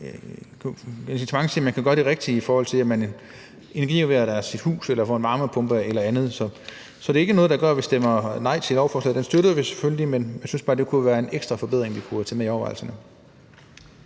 et ekstra incitament til at gøre det rigtige, i forhold til at man energirenoverer sit hus eller får en varmepumpe eller andet. Så det er ikke noget, der gør, at vi stemmer nej til lovforslaget. Det støtter vi selvfølgelig. Men vi synes bare, det kunne være en ekstra forbedring, vi kunne tage med i overvejelserne.